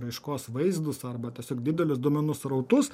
raiškos vaizdus arba tiesiog didelius duomenų srautus